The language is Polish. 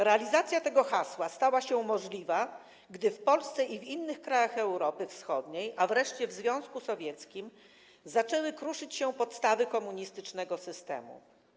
Realizacja tego hasła stała się możliwa, gdy w Polsce i w innych krajach Europy Wschodniej, a wreszcie w Związku Sowieckim zaczęły kruszyć się podstawy komunistycznego systemu.